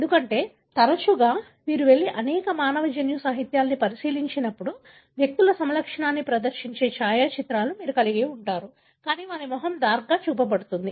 ఎందుకంటే తరచుగా మీరు వెళ్లి అనేక మానవ జన్యు సాహిత్యాలను పరిశీలించినప్పుడు వ్యక్తుల సమలక్షణాన్ని ప్రదర్శించే ఛాయాచిత్రాలను మీరు కలిగి ఉంటారు కానీ వారి ముఖం డార్క్ గా చూపబడుతుంది